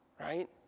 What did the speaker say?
Right